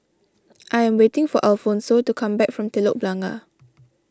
I am waiting for Alfonso to come back from Telok Blangah